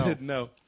No